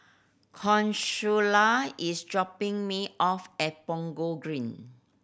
Consuela is dropping me off at Punggol Green